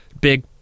big